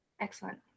Excellent